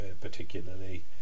particularly